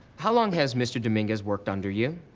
how long has mr. dominguez worked under you?